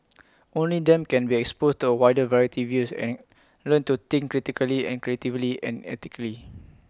only them can be exposed to A wider variety views and learn to think critically and creatively and ethically